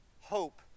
hope